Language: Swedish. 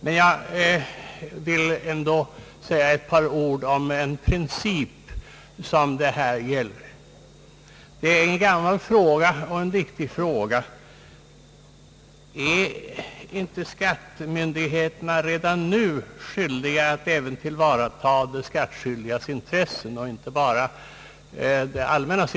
Men jag vill i alla fall säga ett par ord om den princip det här gäller. Detta är en gammal och viktig fråga: Har inte skattemyndigheterna redan nu skyldighet att även tillvarata de skattskyldigas intressen, inte bara det allmännas?